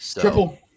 Triple